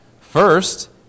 First